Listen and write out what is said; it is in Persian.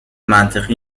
منطقی